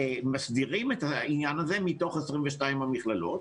שמסדירים את העניין הזה מתוך 22 המכללות.